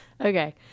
Okay